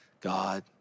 God